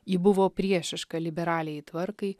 ji buvo priešiška liberaliajai tvarkai